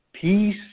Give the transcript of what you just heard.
Peace